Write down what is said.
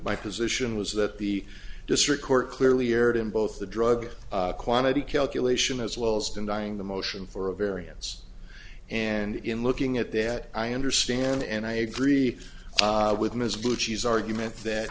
my position was that the district court clearly erred in both the drug quantity calculation as well as denying the motion for a variance and in looking at that i understand and i agree with ms blue cheese argument that